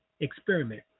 Experiment